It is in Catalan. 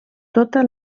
tota